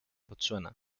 botsuana